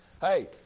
Hey